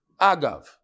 Agav